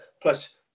Plus